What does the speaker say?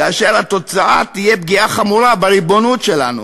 כאשר התוצאה תהיה פגיעה חמורה בריבונות שלנו,